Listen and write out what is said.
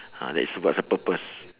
ah that's what's the purpose